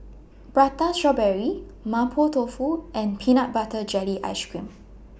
Prata Strawberry Mapo Tofu and Peanut Butter Jelly Ice Cream